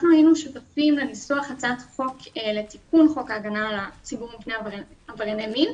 אנחנו היינו שותפים לתיקון חוק ההגנה על הציבור מפני עברייני מין,